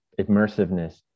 immersiveness